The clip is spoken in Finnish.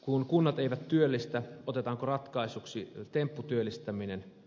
kun kunnat eivät työllistä otetaanko ratkaisuksi tempputyöllistäminen